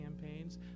campaigns